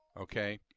okay